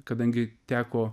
kadangi teko